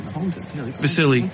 Vasily